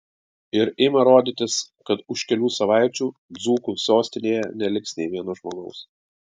ir ima rodytis kad už kelių savaičių dzūkų sostinėje neliks nei vieno žmogaus